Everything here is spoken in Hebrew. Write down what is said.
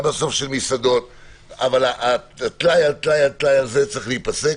גם בסוף של מסעדות אבל טלאי על טלאי הזה צריך להיפסק.